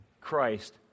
Christ